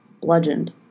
bludgeoned